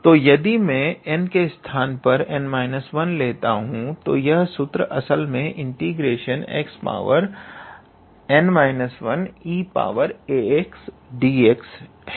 तो यदि मैं n के स्थान पर लेता हूं तो यह सूत्र असल में ∫xn 1eax dx है